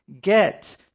get